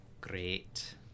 Great